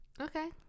Okay